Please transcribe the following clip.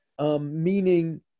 meaning